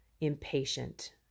impatient